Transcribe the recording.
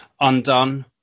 Undone